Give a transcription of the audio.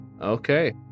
Okay